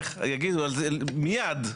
יגידו על זה מייד,